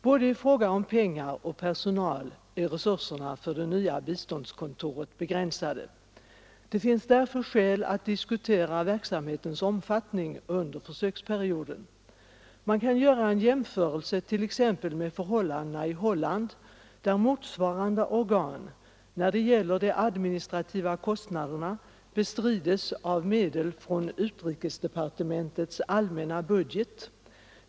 Både i fråga om pengar och beträffande personal är resurserna för det nya biståndskontoret begränsade. Det finns därför skäl att diskutera verksamhetens omfattning under försöksperioden. Man kan göra en jämförelse t.ex. med förhållandena i Holland, där för motsvarande organ de administrativa kostnaderna betrids av medel från utrikesdepartementets allmänna budget.